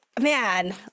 man